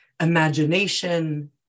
imagination